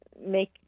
make